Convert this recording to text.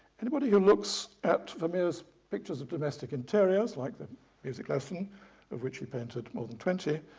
anybody who looks at vermeer's pictures of domestic interiors like the music lesson of which he painted more than twenty,